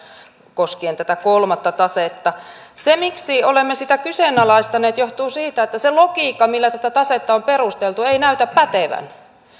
koskien tätä kolmatta tasetta se miksi olemme sitä kyseenalaistaneet johtuu siitä että se logiikka millä tätä tasetta on perusteltu ei näytä pätevän